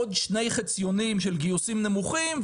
עוד שני חציונים של גיוסים נמוכים,